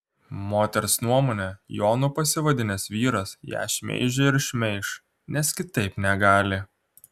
moters nuomone jonu pasivadinęs vyras ją šmeižė ir šmeiš nes kitaip negali